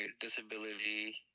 disability